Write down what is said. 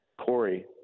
Corey